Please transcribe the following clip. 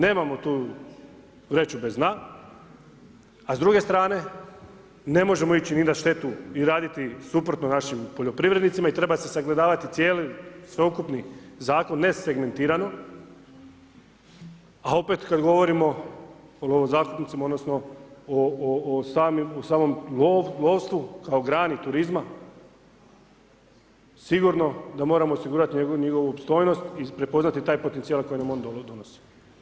Nemamo tu vreću bez dna, a s druge strane ne možemo ići ni na štetu, ni raditi suprotno našim poljoprivrednicima i treba se sagledavati cijeli, sveukupni zakon, ne segmentirano, a opet kad govorimo o lovozakupnicima odnosno, o samom lovstvu kao grani turizma, sigurno da moramo osigurati njihovu opstojnost i prepoznati taj potencijal koji nam on donosi.